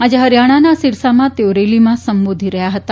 આજે હરિયાણાના સિરસામાં તેઓ રેલીમાં સંબોધી રહ્યા હતા